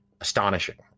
astonishing